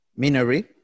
minery